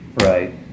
right